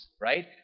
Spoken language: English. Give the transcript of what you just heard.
right